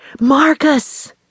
Marcus